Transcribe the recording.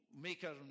maker